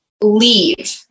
leave